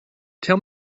tell